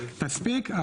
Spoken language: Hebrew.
תספיק.